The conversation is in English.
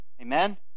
Amen